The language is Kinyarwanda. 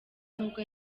nubwo